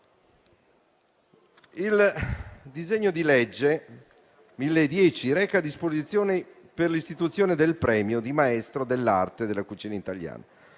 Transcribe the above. Il disegno di legge n. 1010 reca disposizioni per l'istituzione del premio di «Maestro dell'arte della cucina italiana».